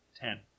Ten